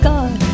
God